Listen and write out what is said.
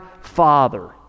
Father